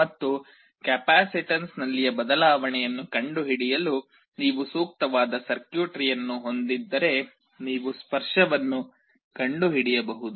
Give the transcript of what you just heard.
ಮತ್ತು ಕೆಪಾಸಿಟನ್ಸ್ನಲ್ಲಿನ ಬದಲಾವಣೆಯನ್ನು ಕಂಡುಹಿಡಿಯಲು ನೀವು ಸೂಕ್ತವಾದ ಸರ್ಕ್ಯೂಟ್ರಿಯನ್ನು ಹೊಂದಿದ್ದರೆ ನೀವು ಸ್ಪರ್ಶವನ್ನು ಕಂಡುಹಿಡಿಯಬಹುದು